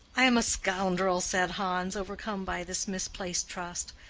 i am a scoundrel, said hans, overcome by this misplaced trust.